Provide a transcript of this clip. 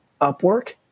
Upwork